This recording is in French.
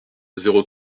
zéro